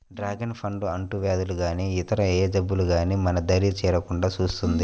dragon పండు అంటువ్యాధులు గానీ ఇతర ఏ జబ్బులు గానీ మన దరి చేరకుండా చూస్తుంది